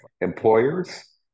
employers